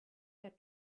der